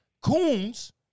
coons